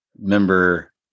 member